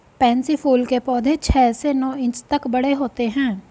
pansy फूल के पौधे छह से नौ इंच तक बड़े होते हैं